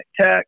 tech